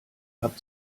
habt